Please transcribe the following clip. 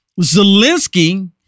Zelensky